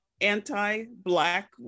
anti-Black